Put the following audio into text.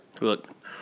Look